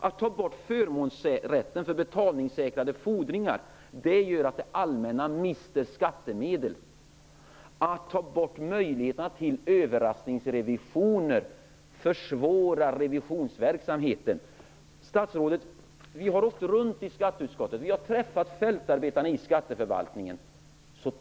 Att ta bort förmånsrätten för betalningssäkrade fordringar gör att det allmänna mister skattemedel. Att ta bort möjligheterna till överraskningsrevisioner försvårar revisionsverksamheten. Statsrådet! Vi i skatteutskottet har åkt runt och träffat fältarbetarna i skatteförvaltningen.